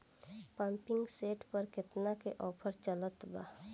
Pumping set पर केतना के ऑफर चलत बा?